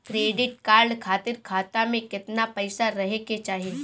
Credit card खातिर खाता में केतना पइसा रहे के चाही?